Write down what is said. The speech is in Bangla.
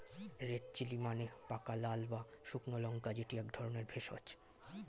রেড চিলি মানে পাকা লাল বা শুকনো লঙ্কা যেটি এক ধরণের ভেষজ